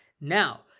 Now